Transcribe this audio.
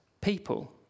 people